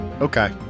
Okay